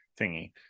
thingy